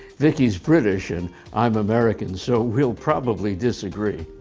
vicki's british and i'm american so we'll probably disagree.